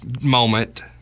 moment